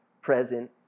present